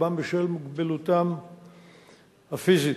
רובם בשל מוגבלותם הפיזית.